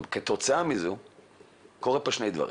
כתוצאה מזה קורים כאן שני דברים.